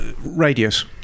radius